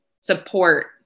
support